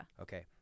Okay